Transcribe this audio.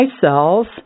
cells